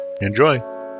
Enjoy